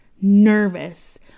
nervous